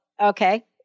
okay